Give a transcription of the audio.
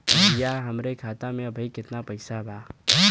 भईया हमरे खाता में अबहीं केतना पैसा बा?